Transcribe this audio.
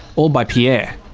all by pierre.